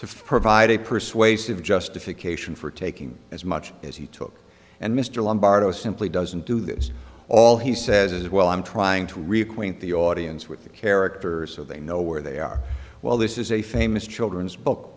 to provide a persuasive justification for taking as much as he took and mr lombardo simply doesn't do this all he says is well i'm trying to reacquaint the audience with the characters so they know where they are while this is a famous children's book